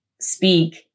speak